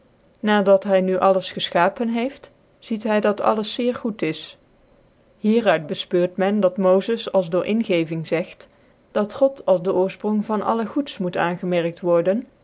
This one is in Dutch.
dat hy nu alles gefchapen heeft ziet hy dat alles zeer ocd is hier uit befpeurt men dat lofes als door ingeving zegt dat god als de oorfpronk alles goeds moet aanemerkt worden